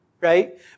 right